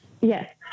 yes